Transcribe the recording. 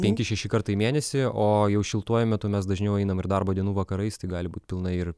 penki šeši kartai mėnesį o jau šiltuoju metu mes dažniau einam ir darbo dienų vakarais tai gali būt pilnai ir